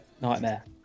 nightmare